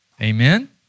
Amen